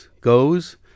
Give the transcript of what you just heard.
goes